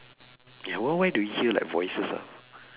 ya why why do you hear like voices ah